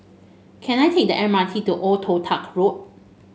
can I take the M R T to Old Toh Tuck Road